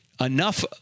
enough